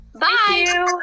Bye